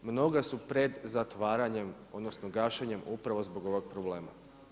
Mnoga su pred zatvaranjem, odnosno gašenjem upravo zbog ovog problema.